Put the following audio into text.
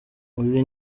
ibi